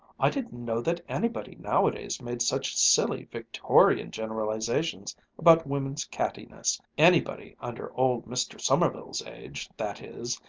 i didn't know that anybody nowadays made such silly victorian generalizations about woman's cattiness anybody under old mr. sommerville's age, that is.